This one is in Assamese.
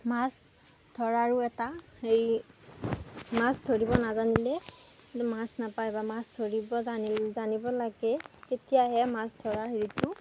মাছ ধৰাৰো এটা হেৰি মাছ ধৰিব নাজানিলে মাছ নাপায় বা মাছ ধৰিব জানি জানিব লাগে তেতিয়াহে মাছ ধৰা হেৰিটো